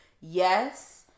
yes